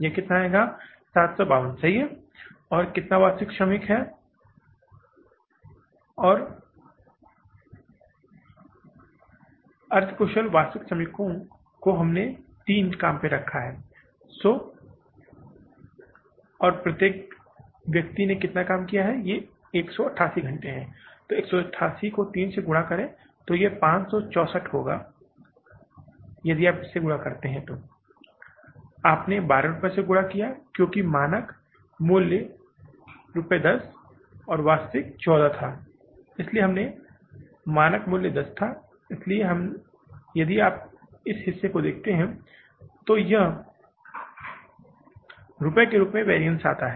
यह कितना आएगा 752 सही और कितना वास्तविक श्रमिक है और 3 के लायक कितने वास्तविक श्रमिकों का अर्थ है अर्ध कुशल वास्तविक श्रमिकों को हमने 3 पर काम पर रखा है और प्रति व्यक्ति एक आदमी घंटे ने 188 घंटे तो यदि 188 को 3 से गुना करे तो ये 564 होगा और यदि आप इसे गुणा करते हैं आपने 12 रुपये से गुणा किया क्योंकि मानक मूल्य रुपये 10 वास्तविक 14 था लेकिन इस मामले में मानक मूल्य 10 था इसलिए यदि आप इस हिस्से को देखते हैं तो यह रुपये के रूप में वैरिअन्स आता है